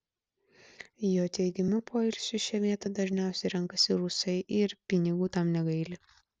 jo teigimu poilsiui šią vietą dažniausiai renkasi rusai ir pinigų tam negaili